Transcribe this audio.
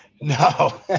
no